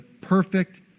perfect